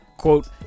quote